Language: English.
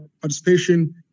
participation